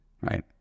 right